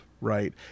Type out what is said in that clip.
Right